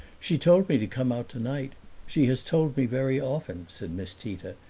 she told me to come out tonight she has told me very often, said miss tita.